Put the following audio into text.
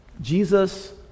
Jesus